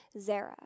Zara